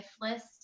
list